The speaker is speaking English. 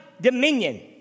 dominion